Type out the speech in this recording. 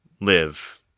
live